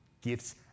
gifts